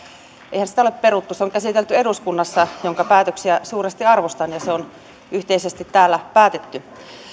eihän sitä ole peruttu se on käsitelty eduskunnassa jonka päätöksiä suuresti arvostan ja se on yhteisesti täällä päätetty